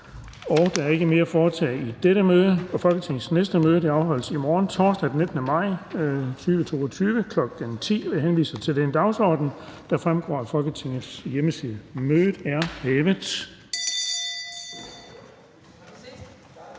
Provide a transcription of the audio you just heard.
Der er ikke mere at foretage i dette møde. Folketingets næste møde afholdes i morgen, torsdag den 19. maj 2022, kl. 10.00. Jeg henviser til den dagsorden, der fremgår af Folketingets hjemmeside. Mødet er hævet.